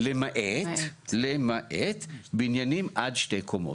למעט בניינים עד שתי קומות.